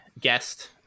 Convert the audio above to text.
guest